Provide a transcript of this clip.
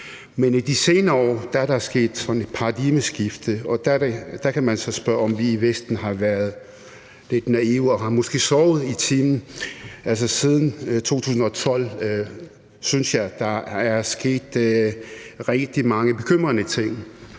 Men i de senere år er der sket sådan et paradigmeskifte, og der kan man så spørge, om vi i Vesten har været lidt naive og måske har sovet i timen. Siden 2012 synes jeg der er sket rigtig mange bekymrende ting: